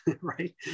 right